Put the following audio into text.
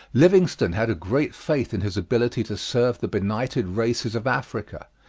livingstone had a great faith in his ability to serve the benighted races of africa.